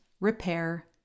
repair